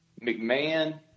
McMahon